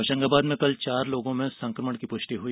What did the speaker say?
होशंगाबाद में कल चार लोगों में संक्रमण की पुष्टि हुई